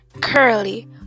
curly